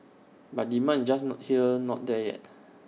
but demand is just not there no the yet